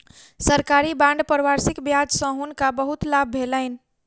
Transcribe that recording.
सरकारी बांड पर वार्षिक ब्याज सॅ हुनका बहुत लाभ भेलैन